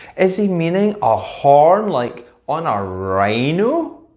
is he meaning a horn, like on ah a rhino? no,